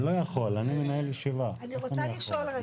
אני רוצה לשאול.